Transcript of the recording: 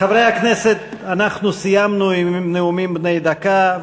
חברי הכנסת, אנחנו סיימנו את הנאומים בני דקה.